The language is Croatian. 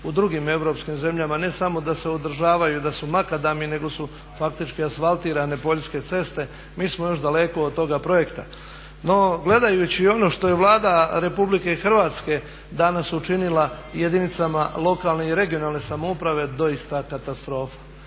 u drugim europskim zemljama ne samo da se održavaju, da su makadami nego su faktički asfaltirane poljske ceste. Mi smo još daleko od toga projekta. No, gledajući i ono što je Vlada RH danas učinila jedinicama lokalne i regionalne samouprave doista katastrofa.